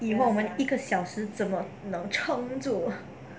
以后我们一个小时怎么能撑住 err